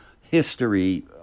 history